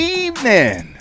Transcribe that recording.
evening